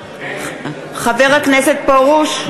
(קוראת בשמות חברי הכנסת) מאיר פרוש,